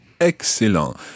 Excellent